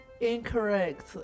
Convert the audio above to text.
incorrect